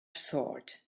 sword